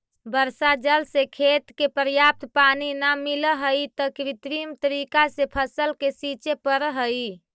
वर्षा जल से खेत के पर्याप्त पानी न मिलऽ हइ, त कृत्रिम तरीका से फसल के सींचे पड़ऽ हइ